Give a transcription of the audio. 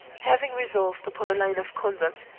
having resolved upon a line of conduct,